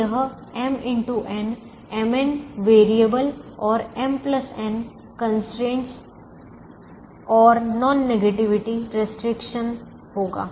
तो यह mn variable और m n कंस्ट्रेंटस और नॉन नेगेटिविटी रिस्ट्रिक्शन होगा